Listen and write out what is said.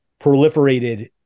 proliferated